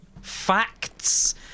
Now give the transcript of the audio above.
facts